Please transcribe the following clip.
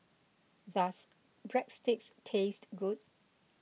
does Breadsticks taste good